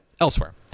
elsewhere